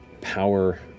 power